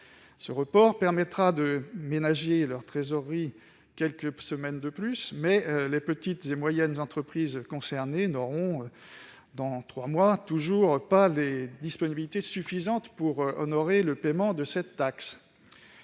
Ce report permettra de ménager leur trésorerie quelques semaines de plus, mais les petites et moyennes entreprises concernées n'auront toujours pas, dans trois mois, les disponibilités suffisantes pour honorer le paiement de cette taxe.